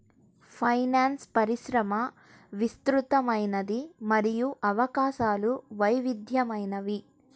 finance పరిశ్రమ విస్తృతమైనది మరియు అవకాశాలు వైవిధ్యమైనవి